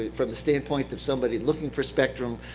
from the standpoint of somebody looking for spectrum,